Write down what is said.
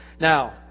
Now